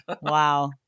Wow